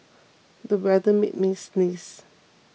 the weather made me sneeze